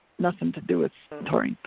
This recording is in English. nothing to do with so taurine.